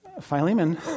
Philemon